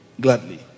Gladly